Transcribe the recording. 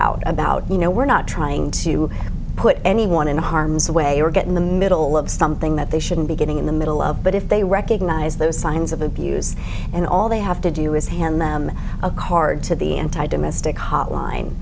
out about you know we're not trying to put anyone in harm's way or get in the middle of something that they shouldn't be getting in the middle of but if they recognise those signs of abuse and all they have to do is hand them a card to the anti domestic hotline